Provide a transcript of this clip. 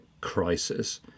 crisis